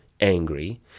angry